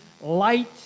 light